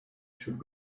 should